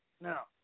Now